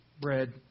bread